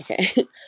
Okay